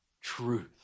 truth